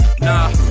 Nah